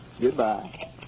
Goodbye